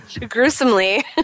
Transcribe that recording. Gruesomely